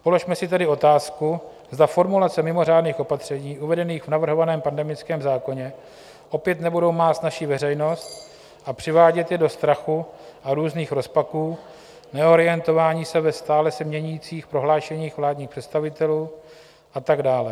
Položme si tedy otázku, zda formulace mimořádných opatření uvedených v navrhovaném pandemickém zákoně opět nebudou mást naši veřejnost a přivádět ji do strachu a různých rozpaků, neorientování se ve stále se měnících prohlášeních vládních představitelů a tak dále.